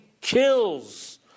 kills